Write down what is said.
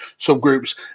subgroups